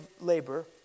labor